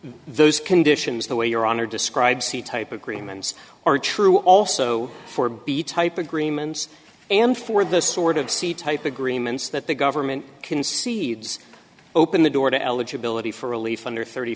those conditions the way your honor describes the type agreements or true also for b type agreements and for the sort of sea type agreements that the government conceives open the door to eligibility for relief under thirty